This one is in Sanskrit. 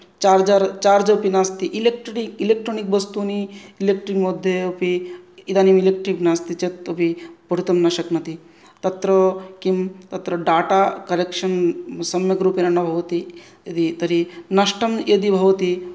चार्जर् चार्ज् अपि नास्ति इलेक्टरि इलेक्ट्रोनिक् बस्तूनि इलेक्ट्रिक् मध्ये अपि इदानीं इलेक्ट्रिक् नास्ति चेत् अपि पठितुं न शक्नोति तत्र किं तत्र डाटा कनेक्शन् सम्यक् रूपेण न भवति यदि तर्हि नष्टं यदि भवति